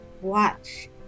watch